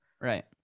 right